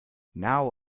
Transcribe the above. now